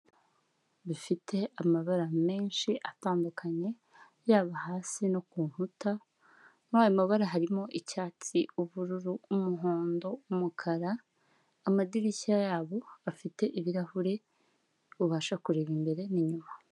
Bifite amabara menshi atandukanye, yaba hasi no ku nkuta, muri ayo mabara harimo icyatsi ubururu, umuhondo, umukara, amadirishya yabo afite ibirahuri ubasha kureba imbere n'inyuma.